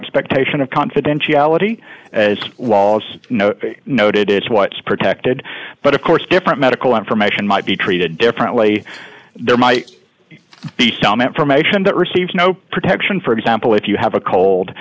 expectation of confidentiality as wallace noted is what's protected but of course different medical information might be treated differently there might be some information that receives no protection for exam well if you have a cold